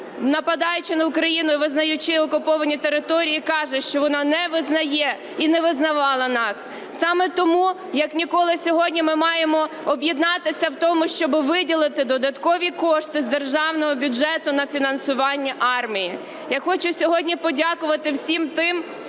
нападаючи на Україну і визнаючи окуповані території, каже, що вона не визнає і не визнавала нас. Саме тому як ніколи сьогодні ми маємо об'єднатися в тому, щоб виділити додаткові кошти з державного бюджету на фінансування армії. Я хочу сьогодні подякувати всім тим,